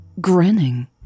grinning